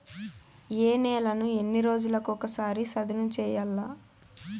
ఏ నేలను ఎన్ని రోజులకొక సారి సదును చేయల్ల?